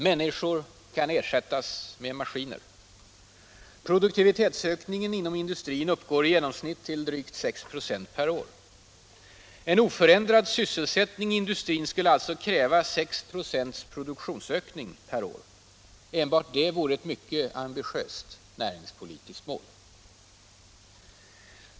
Människor kan ersättas med maskiner. Produktivitetsökningen inom industrin uppgår i genomsnitt till drygt 6 26 per år. 57 Oförändrad sysselsättning i industrin skulle alltså kräva 6 ?6 produktionsökning per år. Enbart detta vore ett mycket ambitiöst näringspolitiskt mål.